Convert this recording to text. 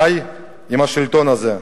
די עם השלטון הזה.